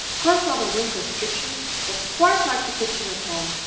grandmother winkle's kitchen was quite like the kitchen at home,